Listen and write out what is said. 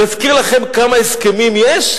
להזכיר לכם כמה הסכמים יש?